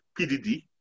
PDD